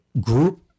group